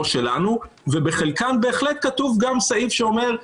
שלנו ובחלקן בהחלט כתוב גם סעיף שאומר: